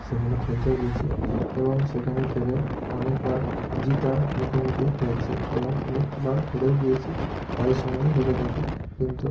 সেখানে খেলতেও গিয়েছি এবং সেখানে খেলে অনেকবার জেতার মুখোমুখি হয়েছি এবং অনেকবার হেরেও গিয়েছি প্রায় সময়ই হেরে থাকি কিন্তু